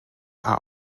are